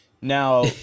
Now